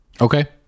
Okay